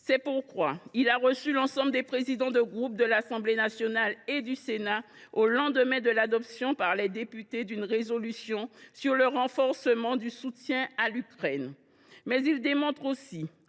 C’est pourquoi il a reçu les présidents de groupe de l’Assemblée nationale et du Sénat, au lendemain de l’adoption par les députés d’une résolution sur le renforcement du soutien à l’Ukraine. Mais il a démontré aussi,